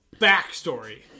backstory